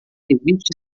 evite